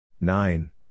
Nine